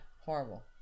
horrible